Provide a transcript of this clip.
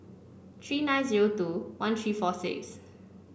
three nine zero two one three four six